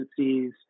agencies